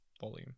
volume